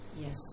Yes